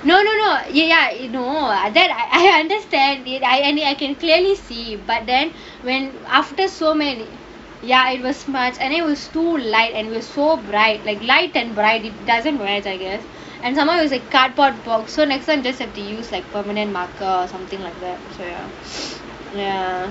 no no no ya you know that I understand did I I can clearly see but then when after so many ya smudge it was too light and too bright like light and bright and some more was on cardboard box so next time just have to use like permanent marker or something like that so ya